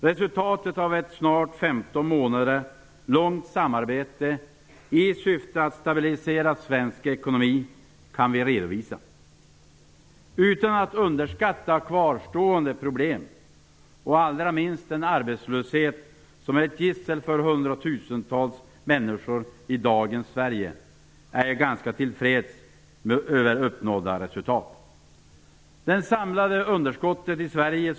Resultatet av ett snart 15 månader långt samarbete i syfte att stabilisera svensk ekonomi kan redovisas. Utan att underskatta kvarstående problem, och allra minst den arbetslöshet som är ett gissel för hundratusentals människor i dagens Sverige, är jag ganska till freds med uppnådda resultat.